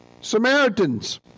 Samaritans